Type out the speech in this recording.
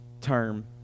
term